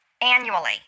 annually